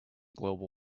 global